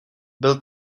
byl